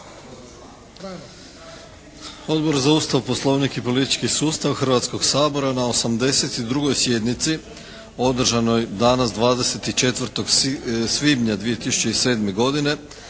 Odbor za Ustav, Poslovnik i politički sustav Hrvatskoga sabora na 82. sjednici održanoj danas 24. svibnja 2007. godine